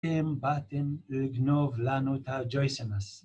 הם באתם לגנוב לנו את הג'ויסמאס